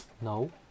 No